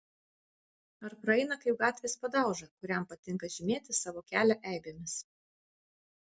ar praeina kaip gatvės padauža kuriam patinka žymėti savo kelią eibėmis